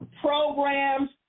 programs